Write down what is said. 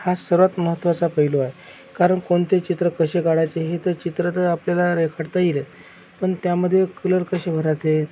हा सर्वात महत्वाचा पैलू आहे कारण कोणते चित्र कसे काढायचे हे तर चित्र तर आपल्याला रेखाटता येईल पण त्यामध्ये कलर कसे भरायचे